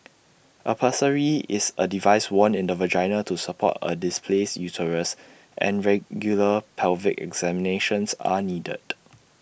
A pessary is A device worn in the vagina to support A displaced uterus and regular pelvic examinations are needed